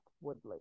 Woodley